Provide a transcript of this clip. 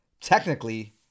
technically